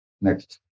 Next